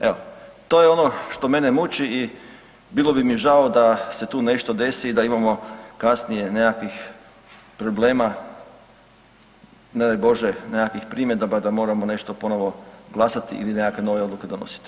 Evo, to je ono što mene muči i bilo bi mi žao da se tu nešto desi i da imamo kasnije nekakvih problema ne daj Bože nekakvih primjedaba da moramo nešto ponovno glasati ili nekakve nove odluke donositi.